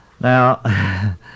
Now